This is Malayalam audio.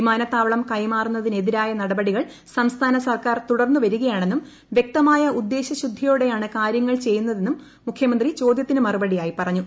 വിമാനത്താവളം കൈമാറുന്നതിനെതിരായ നടപടികൾ ്സ്ത്രംസ്ഥാന സർക്കാർ തുടർന്നു വരികയാണെന്നും വൃക്തമായി പ്പുഉദ്ദേശൃ ശുദ്ധിയോടെയാണ് കാര്യങ്ങൾ ചെയ്യുന്നതെന്നും മുഖ്യമന്ത്രി ചോദൃത്തിന് മറുപടിയായി പറഞ്ഞു